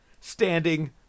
standing